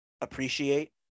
appreciate